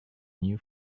new